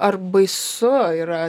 ar baisu yra